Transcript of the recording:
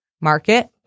market